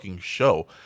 show